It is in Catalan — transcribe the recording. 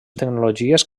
tecnologies